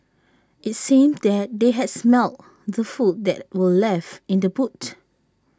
IT seemed that they had smelt the food that were left in the boot